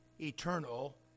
eternal